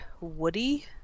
woody